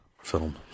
film